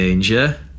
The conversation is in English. Danger